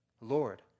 Lord